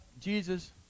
Jesus